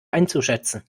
einzuschätzen